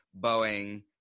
Boeing